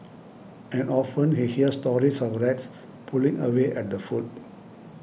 and often he hear stories of rats pulling away at the food